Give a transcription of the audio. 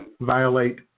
violate